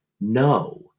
No